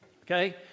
Okay